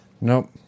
Nope